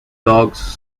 dogs